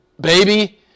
baby